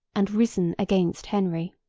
and risen against henry.